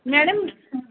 madam